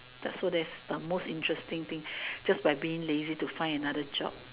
the so that's the most interesting thing just by being lazy to find another job